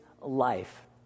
life